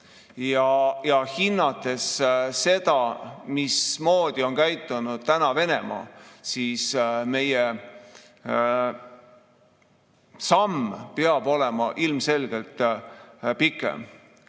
ja hinnates seda, mismoodi on käitunud Venemaa, peab meie samm olema ilmselgelt pikem.